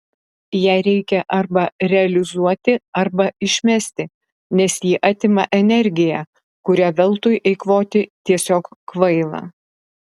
ją reikia arba realizuoti arba išmesti nes ji atima energiją kurią veltui eikvoti tiesiog kvaila